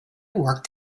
worked